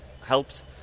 helps